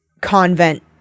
convent